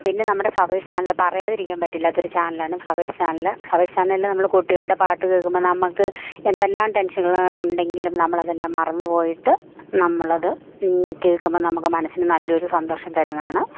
പിന്നെ നമ്മടെ Flowers channel പറയാതിരിക്കാമ്പറ്റില്ലാത്തൊരു ചാനലാണ് ഫ്ലവേഴ്സ് ചാനല് ഫ്ലവേഴ്സ് ചാനൽല് നമ്മള് കുട്ടികളുടെ പാട്ട് കേൾക്കുമ്പോൾ നമുക്ക് എന്തെല്ലാം ടെൻഷനുകള് ഉണ്ടെങ്കിലും നമ്മളതെല്ലാം മറന്ന് പോയിട്ട് നമ്മളത് കേൾക്കുമ്പോൾ നമുക്ക് മനസ്സിന് നല്ലൊരു സന്തോഷം തരുന്നതാണ്